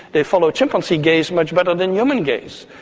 they follow chimpanzee gaze much better than human gaze.